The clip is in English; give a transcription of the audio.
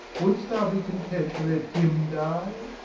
wouldst thou be content to let him die?